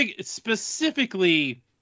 Specifically